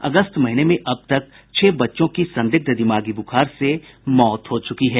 अगस्त महीने में अब तक छह बच्चों की संदिग्ध दिमागी बुखार से मौत हो चुकी है